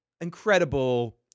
incredible